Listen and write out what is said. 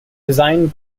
designed